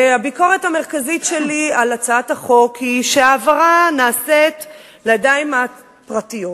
הביקורת המרכזית שלי על הצעת החוק היא שההעברה נעשית לידיים פרטיות.